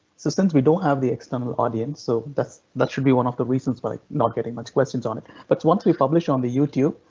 so since we don't have the external audience, so that should be one of the reasons we're like not getting much questions on it, but once we publish on the youtube,